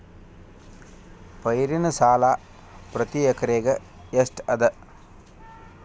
ಪೈರಿನ ಸಾಲಾ ಪ್ರತಿ ಎಕರೆಗೆ ಎಷ್ಟ ಅದ?